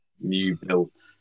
new-built